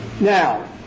now